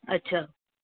अछा